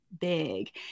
big